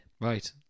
Right